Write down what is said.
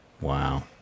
Wow